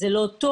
"זה לא טוב",